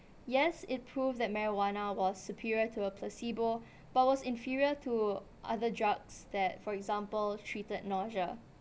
yes it proved that marijuana was superior to a placebo but was inferior to other drugs that for example treated nausea